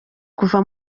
kuva